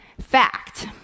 fact